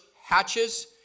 hatches